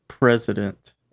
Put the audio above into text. president